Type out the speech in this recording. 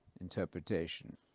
interpretation